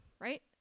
right